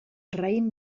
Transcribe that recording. raïm